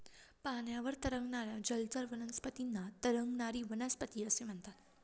पाण्यावर तरंगणाऱ्या जलचर वनस्पतींना तरंगणारी वनस्पती असे म्हणतात